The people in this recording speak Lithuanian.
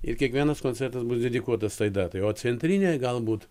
ir kiekvienas koncertas bus dedikuotas tai datai o centrinė galbūt